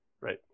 Right